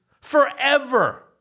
forever